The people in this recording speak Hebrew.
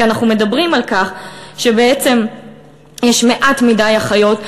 כי אנחנו מדברים על כך שבעצם יש מעט מדי אחיות,